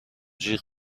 جیغ